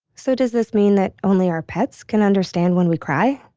so does this mean that only our pets can understand when we cry?